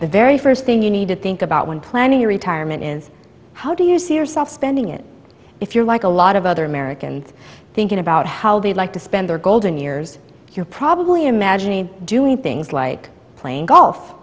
the very first thing you need to think about when planning your retirement is how do you see yourself spending it if you're like a lot of other americans thinking about how they'd like to spend their golden years you're probably imagining doing things like playing golf